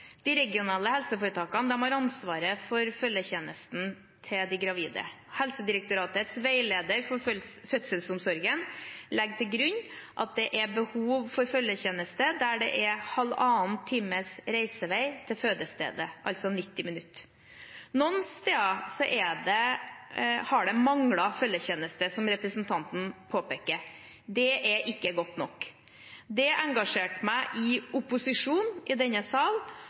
De regionale helseforetakene har ansvaret for følgetjenesten for gravide. Helsedirektoratets veileder for fødselsomsorgen legger til grunn at det er behov for følgetjeneste der det er halvannen times reisevei til fødestedet, altså 90 minutter. Noen steder har det manglet følgetjeneste, som representanten påpeker. Det er ikke godt nok. Det engasjerte meg i opposisjon, i denne sal,